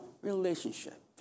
relationship